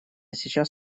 сейчас